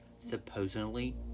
supposedly